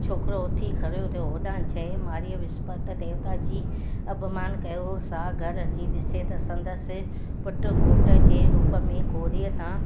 छोकिरो उथी खड़ो थियो होॾां जंहिं माईअ विस्पति देविता जी अपमानु कयो हो सा घर अची ॾिसे त संदसि पुट घोट जे रूप में घोड़ीअ तां